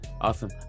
awesome